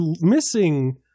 missing